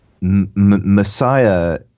Messiah